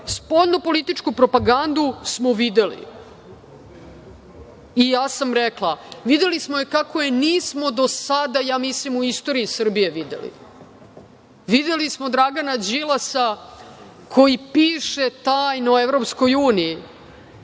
političku propagandu smo videli i ja sam rekla, videli smo je kako je nismo do sada, ja mislim u istoriji Srbije videli. Videli smo Dragana Đilasa koji piše tajno EU i